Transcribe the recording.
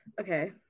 okay